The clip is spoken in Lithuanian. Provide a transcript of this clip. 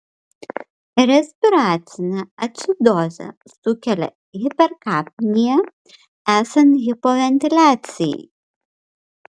respiracinę acidozę sukelia hiperkapnija esant hipoventiliacijai